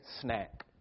snack